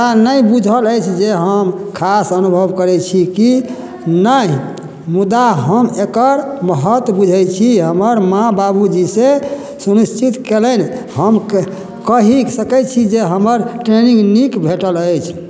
हमरा नहि बुझल अछि जे हम खास अनुभव करै छी कि नहि मुदा हम एकर महत्व बुझै छी हमर माँ बाबूजीसे सुनिश्चित कएलनि हम कहि सकै छी जे हमर ट्रेनिन्ग नीक भेटल अछि